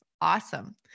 awesome